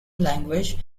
language